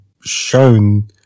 shown